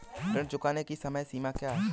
ऋण चुकाने की समय सीमा क्या है?